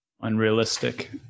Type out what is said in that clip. unrealistic